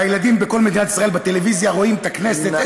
והילדים בכל מדינת ישראל רואים את הכנסת בטלוויזיה,